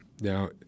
Now